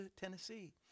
Tennessee